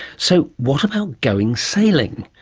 so, what about going sailing?